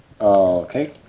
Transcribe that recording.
Okay